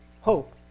hope